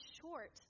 short